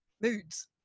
moods